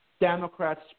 Democrats